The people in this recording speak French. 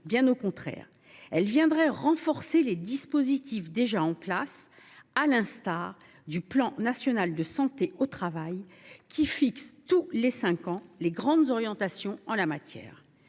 Bien au contraire, elle viendrait renforcer les dispositifs déjà en place, à l’instar du plan national de santé au travail qui fixe, tous les cinq ans, les grandes orientations en la matière.